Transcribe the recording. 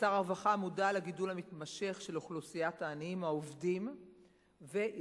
שר הרווחה מודע לגידול המתמשך של אוכלוסיית העניים העובדים ויציע